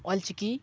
Ol Chiki